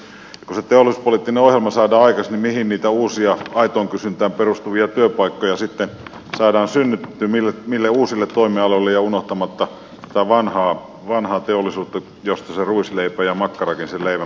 kun se teollisuuspoliittinen ohjelma saadaan aikaiseksi niin mihin niitä uusia aitoon kysyntään perustuvia työpaikkoja sitten saadaan synnytettyä mille uusille toimialoille ja unohtamatta tätä vanhaa teollisuutta josta se ruisleipä ja makkarakin sen leivän päälle tulee